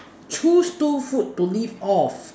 choose two food to live off